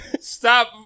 stop